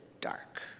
dark